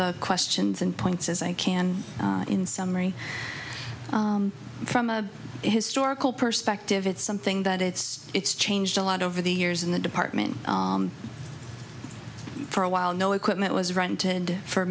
the questions and points as i can in summary from a historical perspective it's something that it's it's changed a lot over the years in the department for a while no equipment was rented for